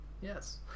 Yes